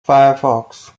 firefox